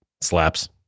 slaps